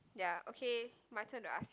ya okay my turn to ask